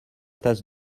tasse